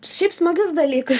šiaip smagius dalykus